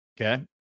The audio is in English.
Okay